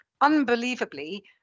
Unbelievably